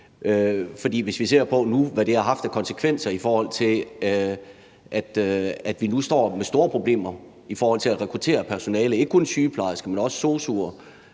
hvis vi nu ser på, hvad det har haft af konsekvenser, i forhold til at vi nu står med store problemer med at rekruttere personale, ikke kun sygeplejersker, men også sosu'er